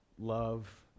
love